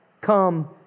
come